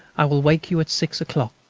i will wake you at six o'clock.